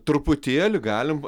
truputėlį galim